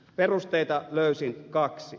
perusteita löysin kaksi